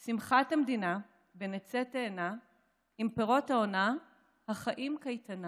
\ שמחת המדינה \ בין עצי תאנה \ עם פירות העונה \ החיים קייטנה".